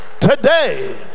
today